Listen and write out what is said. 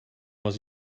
was